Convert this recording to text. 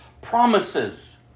promises